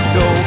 go